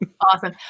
awesome